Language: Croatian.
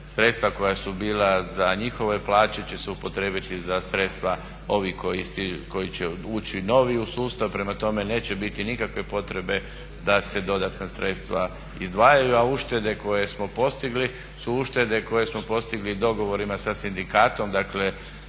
sredstva koja su bila za njihove plaće će se upotrijebiti za sredstava ovih koji će ući novi u sustav. Prema tome, neće biti nikakve potrebe da se dodatna sredstva izdvajaju a uštede koje smo postigli su uštede koje smo postigli dogovorima sa sindikatom dakle